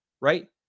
right